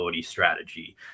strategy